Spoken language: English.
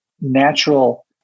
natural